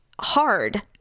hard